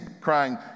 crying